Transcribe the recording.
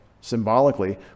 symbolically